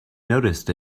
noticed